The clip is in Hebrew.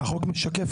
החוק משקף,